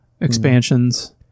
expansions